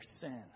sin